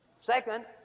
Second